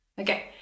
Okay